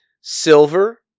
silver